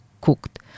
cooked